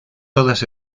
todas